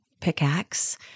pickaxe